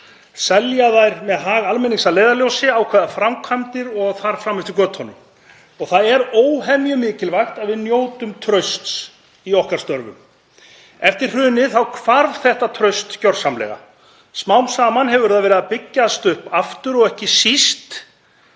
selja þær með hag almennings að leiðarljósi, ákveða framkvæmdir og þar fram eftir götunum. Það er óhemju mikilvægt að við njótum trausts í okkar störfum. Eftir hrunið þá hvarf þetta traust gjörsamlega. Smám saman hefur það verið að byggjast upp aftur og ekki síst